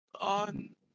on